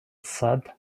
said